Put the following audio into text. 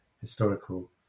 historical